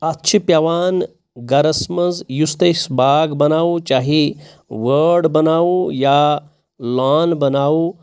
اَتھ چھِ پیٚوان گَرَس منٛز یُس تۄہہِ أسۍ باغ بَناوو چاہے وٲر بَناوو یا لان بَناوو